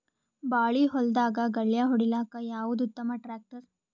ಬಾಳಿ ಹೊಲದಾಗ ಗಳ್ಯಾ ಹೊಡಿಲಾಕ್ಕ ಯಾವದ ಉತ್ತಮ ಟ್ಯಾಕ್ಟರ್?